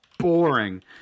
Boring